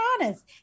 honest